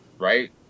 right